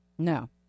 No